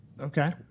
Okay